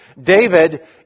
David